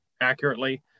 accurately